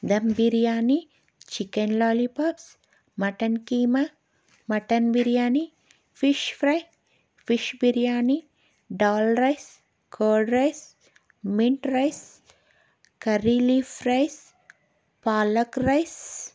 dum biryani chicken lollipops mutton keema mutton biryani fish fry fish biryani dal rice curd rice mint rice curry leaf rice palak rice